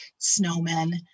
snowmen